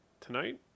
Tonight